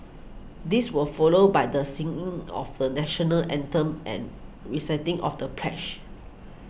this was followed by the singing of the National Anthem and reciting of the pledge